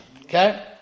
Okay